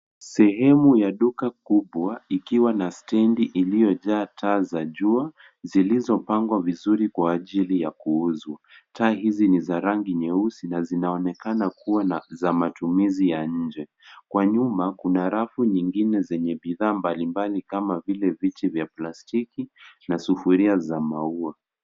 Sehemu ya duka kubwa ikiwa na stendi iliyojaa taa za jua zilizopangwa vizuri kwa ajili ya kuuzwa. Taa hizi ni za rangi nyeusi na zinaonekana kuwa za matumizi ya nje. Kwa nyuma, kuna rafu nyingine zenye bidhaa mbalimbali kama vile viti vya plastiki na sufuria ya maua.